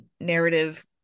narrative